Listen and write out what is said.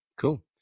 Cool